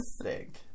sick